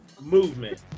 movement